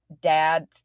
dad